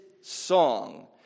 song